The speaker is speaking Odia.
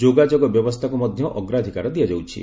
ଯୋଗାଯୋଗ ବ୍ୟବସ୍ଥାକୁ ମଧ୍ୟ ଅଗ୍ରାଧିକାର ଦିଆଯାଉଛି